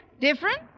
Different